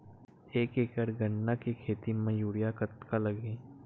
एक एकड़ गन्ने के खेती म यूरिया कतका लगही?